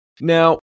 now